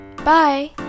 Bye